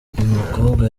mukobwa